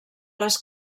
les